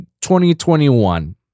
2021